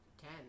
Ten